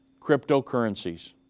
cryptocurrencies